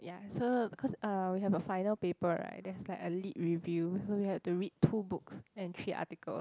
ya so cause uh we have a final paper right there's like a lit review so we had to read two books and three articles